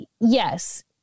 yes